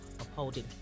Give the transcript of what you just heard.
upholding